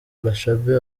bashabe